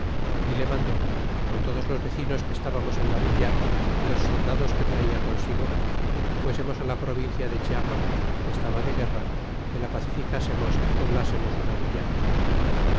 y le mandó que con todos los vecinos que estábamos en la villa y los soldados que traía consigo fuésemos la provincia de chiapa que estaba de guerra que la pacificásemos y poblásemos una villa